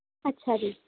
ਅੱਛਾ ਜੀ